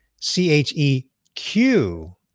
C-H-E-Q